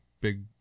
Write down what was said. big